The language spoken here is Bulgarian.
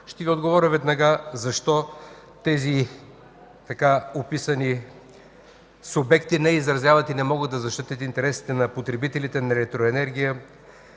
Ще Ви отговоря веднага защо тези така описани субекти не изразяват и не могат да защитят интересите на потребителите на електроенергия,